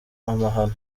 amahano